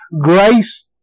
grace